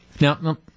now